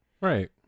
Right